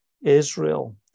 Israel